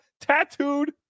tattooed